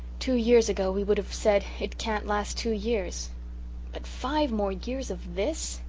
two years ago we would have said it can't last two years but five more years of this!